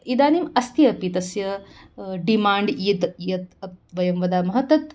इदानीम् अस्ति अपि तस्य डिमाण्ड् यत् यत् अत् वयं वदामः तत्